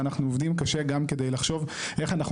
ואנחנו עובדים קשה גם כדי לחשוב איך אנחנו